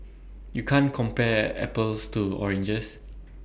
you can't compare apples to oranges